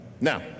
Now